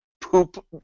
poop